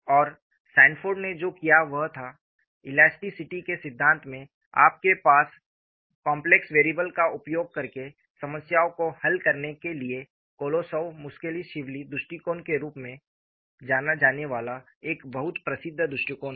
और सैनफोर्ड ने जो किया वह था इलास्टिसिटी के सिद्धांत में आपके पास जटिल चर का उपयोग करके समस्याओं को हल करने के लिए कोलोसोव मुस्केलिशविली दृष्टिकोण के रूप में जाना जाने वाला एक बहुत प्रसिद्ध दृष्टिकोण है